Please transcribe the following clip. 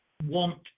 want